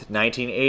1980